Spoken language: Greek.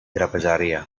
τραπεζαρία